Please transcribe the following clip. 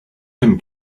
him